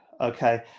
Okay